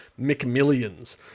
McMillions